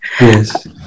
Yes